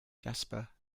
jasper